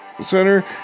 center